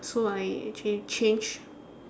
so I actually changed